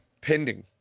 Pending